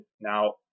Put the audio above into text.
now